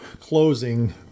closing